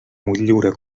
motllura